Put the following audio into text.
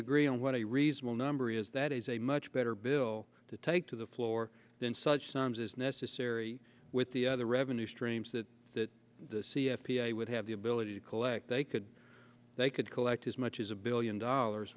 agree on what a reasonable number is that is a much better bill to take to the floor then such terms is necessary with the other revenue streams that the c f would have the ability to collect they could they could collect as much as a billion dollars